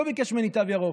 לא ביקש ממני תו ירוק.